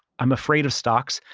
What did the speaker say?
i'm afraid of stocks.